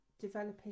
developing